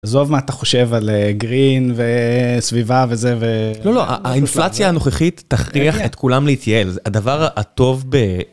עזוב מה אתה חושב על גרין וסביבה וזה ו... לא, לא, האינפלציה הנוכחית תכריח את כולם להתייעל, זה הדבר הטוב ב...